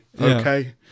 Okay